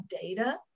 data